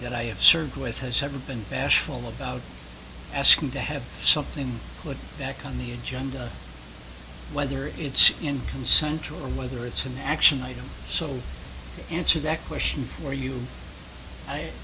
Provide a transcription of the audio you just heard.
that i have served with has ever been national about asking to have something like that on the agenda whether it's in consentual or whether it's an action item so answer that question for you